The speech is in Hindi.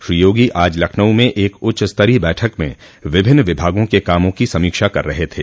श्री योगी आज लखनऊ में एक उच्चस्तरीय बैठक में विभिन्न विभागों के कामों की समीक्षा कर रहे थे